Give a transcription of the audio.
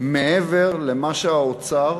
מעבר למה שהאוצר